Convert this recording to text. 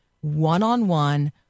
one-on-one